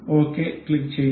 ശരി ക്ലിക്കുചെയ്യും